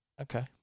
Okay